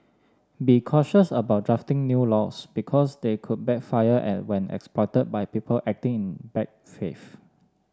be cautious about drafting new laws because they could backfire at when exploited by people acting in bad faith